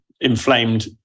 inflamed